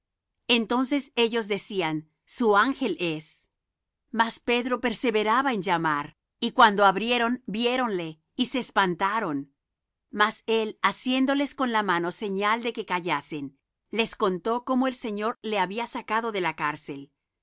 entonces ellos decían su ángel es mas pedro perseveraba en llamar y cuando abrieron viéronle y se espantaron mas él haciéndoles con la mano señal de que callasen les contó cómo el señor le había sacado de la cárcel